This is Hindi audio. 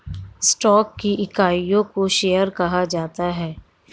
स्टॉक की इकाइयों को शेयर कहा जाता है